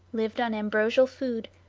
lived on ambrosial food,